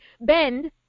bend